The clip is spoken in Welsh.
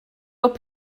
cofio